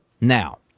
Now